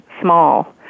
small